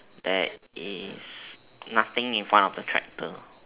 there is nothing in front of the tractor